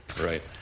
right